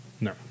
No